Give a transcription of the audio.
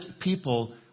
people